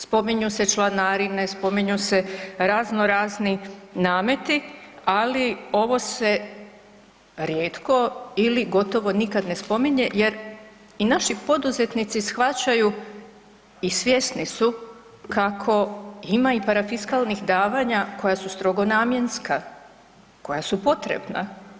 Spominju se članarine, spominju se razno razni nameti, ali ovo se rijetko ili gotovo nikad ne spominje jer i naši poduzetnici shvaćaju i svjesni su kako ima i parafiskalnih davanja koja su strogo namjenska, koja su potrebna.